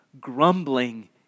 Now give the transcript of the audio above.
Grumbling